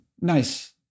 nice